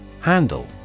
Handle